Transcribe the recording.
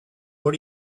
are